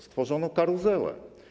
Stworzono karuzelę.